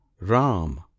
ram